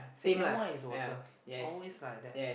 second one is water always is like that